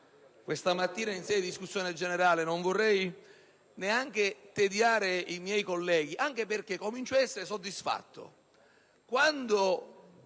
questa mattina in sede di discussione generale. Non vorrei neanche tediare i miei colleghi, anche perché comincio ad essere soddisfatto